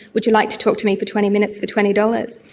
would you like to talk to me for twenty minutes for twenty dollars?